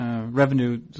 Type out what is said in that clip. revenue